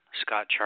Scott